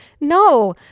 No